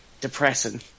depressing